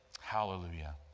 Hallelujah